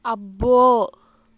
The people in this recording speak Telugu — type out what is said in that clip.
అబ్బో